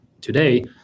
today